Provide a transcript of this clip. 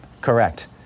correct